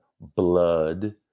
blood